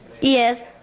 Yes